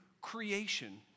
creation